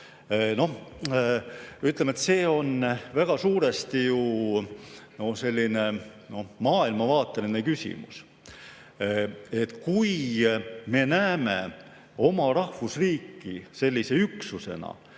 siis see on väga suuresti selline maailmavaateline küsimus. Kui me näeme oma rahvusriiki sellise üksusena,